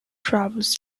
travels